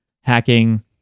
hacking